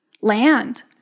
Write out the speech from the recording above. land